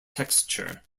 texture